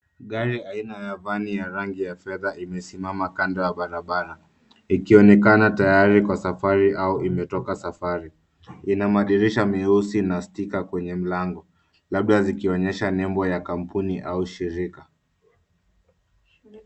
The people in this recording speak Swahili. Gari aina ya vani ya rangi ya fedha imesimama kando ya barabara ikionekana tayari kwa safari au imetoka safari. Lina madirisha meusi na stika kwenye mlango labda zikionyesha nembo ya kampuni au shirika.